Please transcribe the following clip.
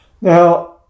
Now